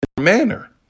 manner